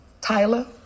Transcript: Tyler